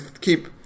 keep